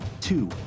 two